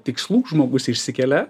tikslų žmogus išsikelia